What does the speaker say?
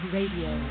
Radio